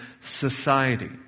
society